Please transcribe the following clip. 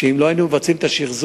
שאם לא היינו מבצעים את השחזור,